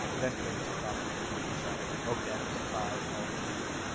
then it really took off once everybody decided, okay, i don't need to buy all these things.